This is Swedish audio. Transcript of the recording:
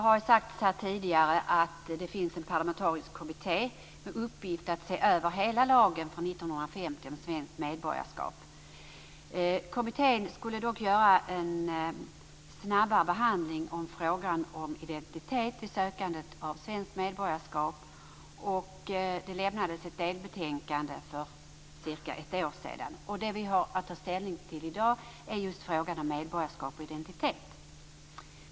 Fru talman! Som tidigare har sagts finns det en parlamentarisk kommitté med uppgift att se över hela lagen från 1950 om svenskt medborgarskap. Kommittén skulle dock göra en snabbare behandling av frågan om identitet vid sökande av svenskt medborgarskap, och ett delbetänkande lämnades för cirka ett år sedan. Det vi har att ta ställning till i dag är just frågan om medborgarskap och identitet.